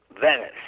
Venice